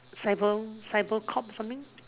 cyber cyber cop or something